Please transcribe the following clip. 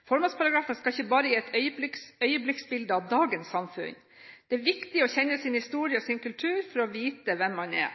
skal ikke bare gi et øyeblikksbilde av dagens samfunn. Det er viktig å kjenne sin historie og sin kultur for å vite hvem man er.